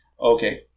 Okay